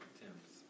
Attempts